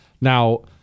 Now